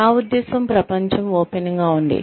నా ఉద్దేశ్యం ప్రపంచం ఓపెన్ గా ఉంది